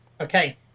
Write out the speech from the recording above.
okay